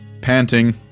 panting